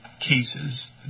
cases